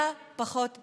אתה פחות בר-מזל.